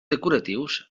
decoratius